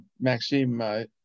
Maxime